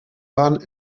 bahn